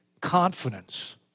confidence